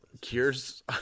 cures